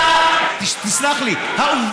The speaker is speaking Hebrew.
תודה, קסניה סבטלובה.